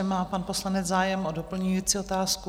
Má pan poslanec zájem o doplňující otázku?